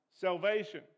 salvation